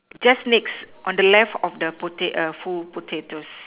just next on the left of the pota~ uh full potatoes